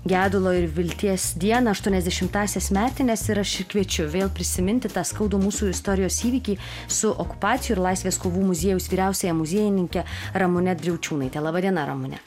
gedulo ir vilties dieną aštuoniasdešimtąsias metines ir aš kviečiu vėl prisiminti tą skaudų mūsų istorijos įvykį su okupacijų ir laisvės kovų muziejaus vyriausiąja muziejininke ramune driaučiūnaite laba diena ramune